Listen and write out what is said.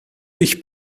ich